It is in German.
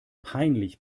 peinlich